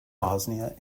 bosnia